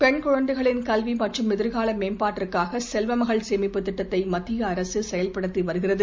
பெண் குழந்தைகளின் கல்வி மற்றும் எதிர்கால மேம்பாட்டிற்காக செல்வமகள் சேமிப்புத் திட்டத்தை மத்திய அரசு செயல்படுத்தி வருகிறது